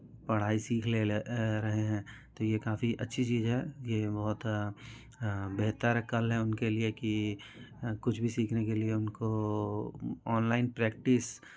पढ़ाई सीख ले ले रहे हैं तो ये काफी अच्छी चीज़ है ये बहुत बेहतर कल है उनके लिए कि कुछ भी सीखने के लिए उनको ऑनलाइन प्रैक्टिस